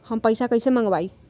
हम पैसा कईसे मंगवाई?